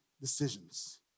decisions